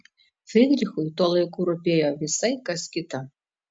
frydrichui tuo laiku rūpėjo visai kas kita